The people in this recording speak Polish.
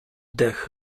dech